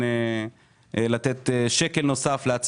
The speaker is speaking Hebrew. על 100 מיליון,